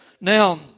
Now